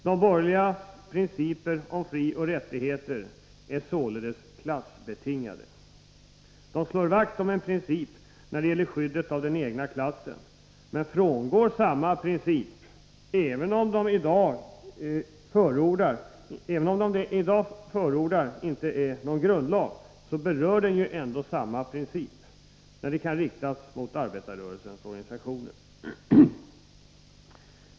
De borgerligas principer om frioch rättigheter är således klassbetingade. De slår vakt om en princip när det gäller skyddet av den egna klassen men frångår samma princip — även om det som de i dag förordar inte är någon grundlag, så berör det ju ändå samma princip — när det gäller arbetarrörelsens organisationer.